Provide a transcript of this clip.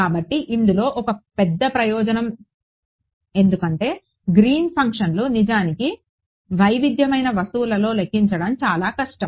కాబట్టి ఇందులో ఒక పెద్ద ప్రయోజనం ఎందుకంటే గ్రీన్ ఫంక్షన్లు నిజానికి వైవిధ్యమైన వస్తువులలో లెక్కించడం చాలా కష్టం